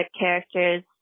characters